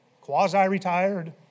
quasi-retired